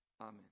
Amen